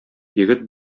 егет